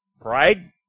Pride